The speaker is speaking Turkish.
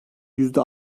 yüzde